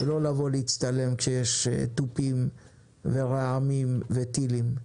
ולא לבוא להצטלם כשיש תופים ורעמים וטילים,